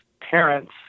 parents